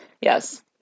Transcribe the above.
Yes